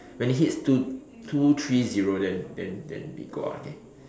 when it hits two two three zero then then then we go out okay